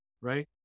right